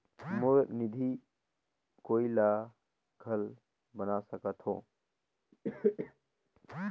मोर निधि कोई ला घल बना सकत हो?